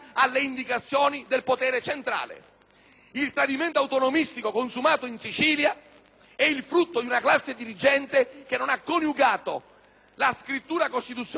Il tradimento autonomistico consumato in Sicilia è il frutto di una classe dirigente che non ha coniugato la scrittura costituzionale con la concreta azione politica.